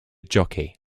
jockey